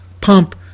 pump